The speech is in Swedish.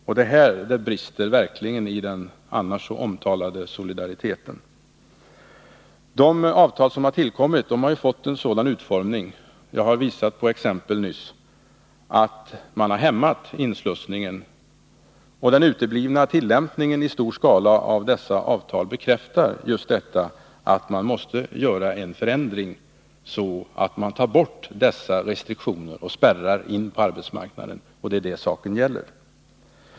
Och det är här som det verkligen brister i den annars så omtalade solidariteten. De avtal som har tillkommit har fått en sådan utformning — jag har nyss visat på exempel — att man hämmat inslussningen på arbetsmarknaden. Och den uteblivna tillämpningen i stor skala av dessa avtal bekräftar att man måste göra en ändring så att dessa restriktioner och spärrar in på arbetsmarknaden tas bort. Det är det saken gäller.